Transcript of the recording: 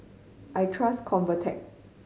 I trust Convatec